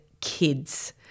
kids